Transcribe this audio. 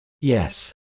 Yes